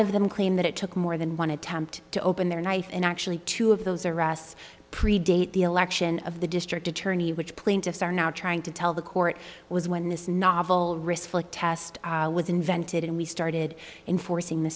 of them claim that it took more than one attempt to open their knife and actually two of those arrests predate the election of the district attorney which plaintiffs are now trying to tell the court was when this novel wrist flick test was invented and we started enforcing the